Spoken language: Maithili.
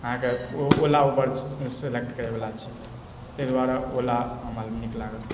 अहाँके ओला ऊबर सेलेक्ट करै वला छी ताहि दुआरे ओला हमरा नीक लागल